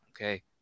Okay